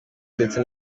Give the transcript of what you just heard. ndetse